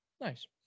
Nice